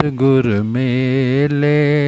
gurmele